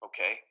okay